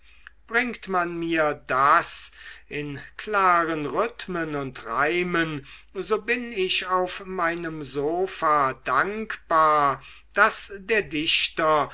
bringt man mir das in klaren rhythmen und reimen so bin ich auf meinem sofa dankbar daß der dichter